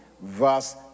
verse